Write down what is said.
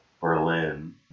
berlin